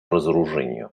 разоружению